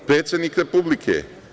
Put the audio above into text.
Predsednik Republike.